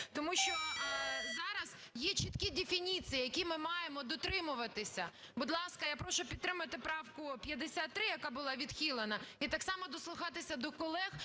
Тому що зараз є чіткі дефініції, яких ми маємо дотримуватися. Будь ласка, я прошу підтримати правку 53, яка була відхилена, і так само дослухатися до колег,